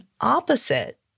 opposite